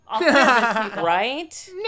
Right